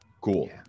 Cool